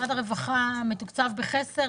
משרד הרווחה מתוקצב בחסר,